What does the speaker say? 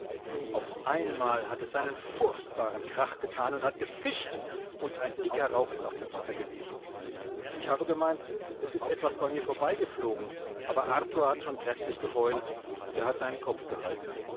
auf einmal hat es einen furchtbaren krach getan und hat gezischt und ein dicker rauch ist auf dem wasser gewesen ich habe gemeint es ist etwas bei mir vorbei geflogen aber arthur hat schon gräßlich geheult und er hat seinen kopf gehalten